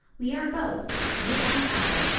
we are both, you and i,